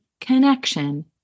connection